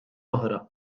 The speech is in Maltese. oħra